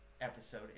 episode